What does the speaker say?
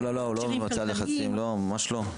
לא, הוא לא נמצא בלחצים, ממש לא.